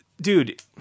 dude